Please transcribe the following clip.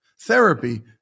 Therapy